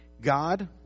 God